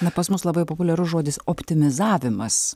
na pas mus labai populiarus žodis optimizavimas